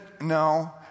no